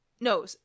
no